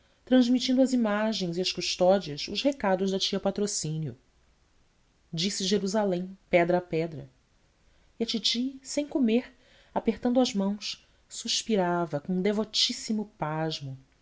transmitindo às imagens e às custódias os recados da tia patrocínio disse jerusalém pedra a pedra e a titi sem comer apertando as mãos suspirava com devotíssimo pasmo